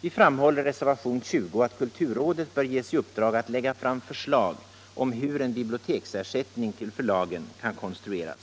Vi framhåller i reservation 20 att kulturrådet bör ges i uppdrag att lägga fram förslag om hur cen biblioteksersättning till förlagen kan konstrueras.